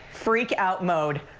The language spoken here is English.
freakout mode.